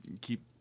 keep